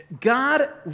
God